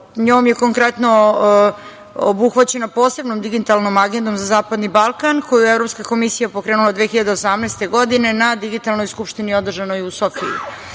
njom je konkretno obuhvaćeno posebnom digitalnom agendom zapadni Balkan, koji je Evropska komisija pokrenula 2018. godine na digitalnoj Skupštini održanoj u Sofiji.